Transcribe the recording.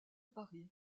paris